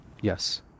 yes